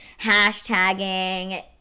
hashtagging